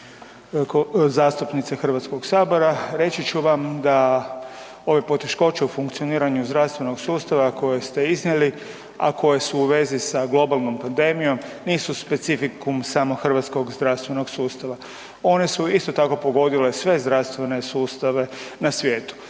zastupnice HS-a. Reći ću vam da ove poteškoće u funkcioniranju zdravstvenog sustava koje ste iznijeli, a koje su u vezi sa globalnom pandemijom nisu specifikum samo hrvatskog zdravstvenog sustava. One su isto tak pogodile sve zdravstvene sustava ne svijetu,